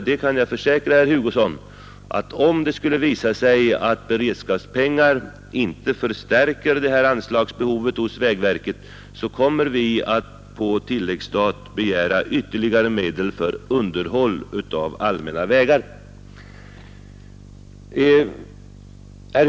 Jag kan försäkra herr Hugosson att om det skulle visa sig att beredskapspengar inte förstärker vägverkets anslag, kommer vi att på tilläggsstat begära ytterligare medel för underhåll av allmänna vägar.